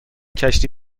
کشتی